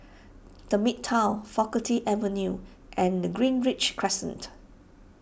the Midtown Faculty Avenue and the Greenridge Crescent